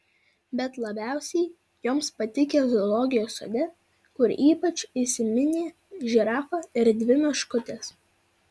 bet labiausiai joms patikę zoologijos sode kur ypač įsiminė žirafa ir dvi meškutės